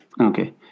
okay